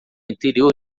interior